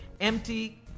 empty